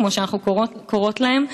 כמו שאנחנו קוראות להן.